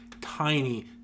tiny